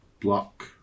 Block